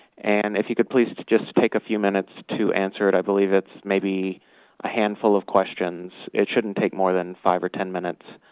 and if you could please just take a few minutes to answer it i believe it's maybe a handful of questions. it shouldn't take more than five or ten minutes.